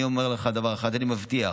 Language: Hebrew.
אני אומר לך דבר אחד: אני מבטיח,